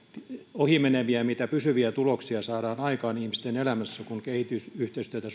ohimeneviä ja mitä pysyviä tuloksia saadaan aikaan ihmisten elämässä kun kehitysyhteistyötä